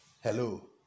Hello